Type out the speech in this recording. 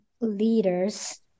leaders